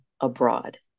abroad